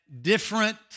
different